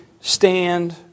Stand